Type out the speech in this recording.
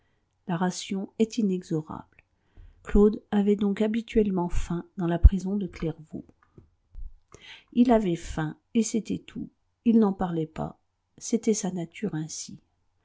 la ration est inexorable claude avait donc habituellement faim dans la prison de clairvaux il avait faim et c'était tout il n'en parlait pas c'était sa nature ainsi